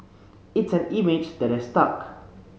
it's an image that has stuck